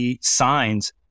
signs